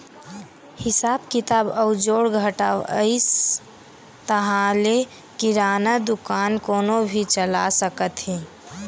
हिसाब किताब अउ जोड़ घटाव अइस ताहाँले किराना दुकान कोनो भी चला सकत हे